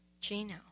Gino